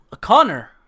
connor